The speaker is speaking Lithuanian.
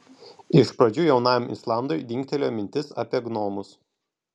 iš pradžių jaunajam islandui dingtelėjo mintis apie gnomus